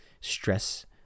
stress